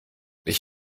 ich